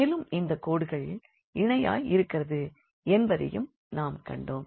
மேலும் இந்தக் கோடுகள் இணையாய் இருக்கிறது என்பதையும் நாம் கண்டோம்